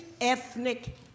ethnic